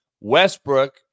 westbrook